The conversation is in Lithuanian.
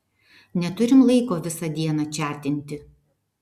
neturim laiko visą dieną čiatinti